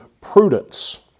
prudence